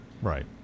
Right